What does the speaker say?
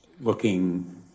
looking